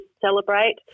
celebrate